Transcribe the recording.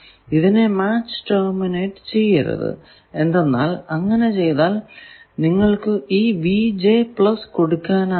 ഇതിനെ match terminate ചെയ്യരുത് എന്തെന്നാൽ അങ്ങനെ ചെയ്താൽ നിങ്ങൾക്കു ഈ കൊടുക്കാനാകില്ല